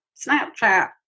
Snapchat